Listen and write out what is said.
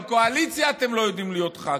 בקואליציה אתם לא יודעים להיות ח"כים.